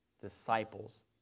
disciples